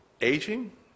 Aging